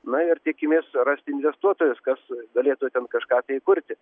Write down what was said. na ir tikimės surasti investuotojus kas galėtų ten kažką tai įkurti